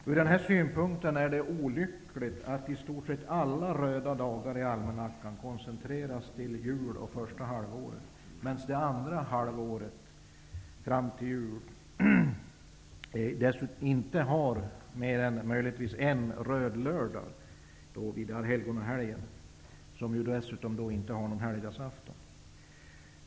Från denna synpunkt är det olyckligt att i stort sett alla röda dagar i almanackan koncentreras till jul och första halvåret, medan det andra halvåret inte har mer än möjligtvis en röd lördag vid Allhelgonahelgen, som dessutom inte har någon helgdagsafton.